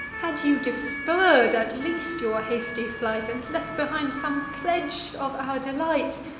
had you deferr'd, at least, your hasty flight, and left behind some pledge of our delight,